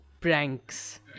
pranks